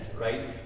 right